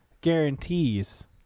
guarantees